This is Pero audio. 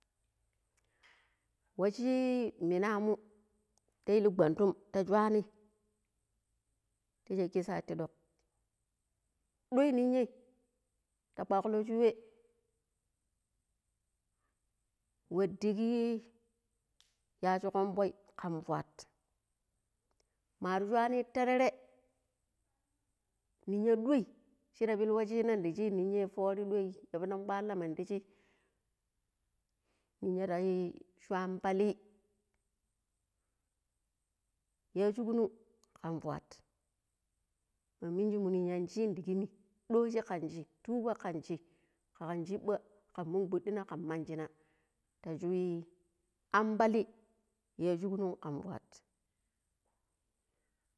﻿washi minamu ta illi gwandun ti shuwani ti sheki satti ɗwak ɗuai ninya ta kwaklo shu wai wa digiyi yaji konvoi kan fuat mar shuwani ti tere ninya ɗuai shira pilu washina da shui ninya fori ɗuai yabidi kwalina mandi shee ninya ra sho am palli yashikunun kan fuat ma minji mun ninyan shi di kimi ɗoji kan shi tuba ka shi kagan sahiba kan mun gudina kan manjina ta shui am pali yashigunun kan fuat